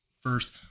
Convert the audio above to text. first